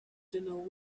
than